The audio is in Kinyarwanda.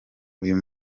uyu